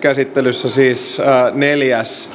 käsittelyssä siis neljäs